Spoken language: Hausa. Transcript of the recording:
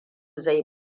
zai